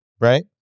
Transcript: right